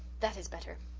that is better.